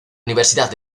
universidad